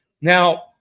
Now